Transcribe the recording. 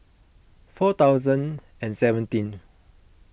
four thousand and seventeen